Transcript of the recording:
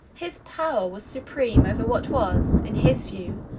his power was supreme over what was, in his view,